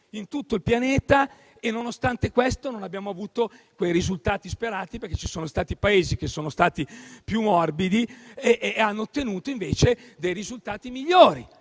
in tutto il pianeta, votandole, e nonostante questo non abbiamo avuto quei risultati sperati. Ci sono stati infatti Paesi che sono stati più morbidi e hanno ottenuto invece dei risultati migliori.